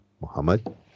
muhammad